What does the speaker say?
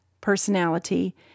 personality